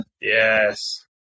Yes